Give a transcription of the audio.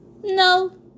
No